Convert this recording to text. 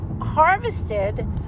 harvested